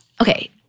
Okay